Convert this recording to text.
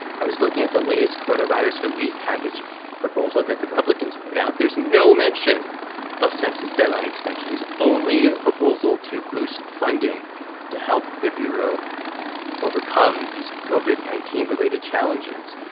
i was looking at the latest coronavirus relief package proposal that the republicans put out, there's no mention of sensor's deadline extensions, only a proposal to boost funding to help the bureau overcome these covid nineteen related challenges.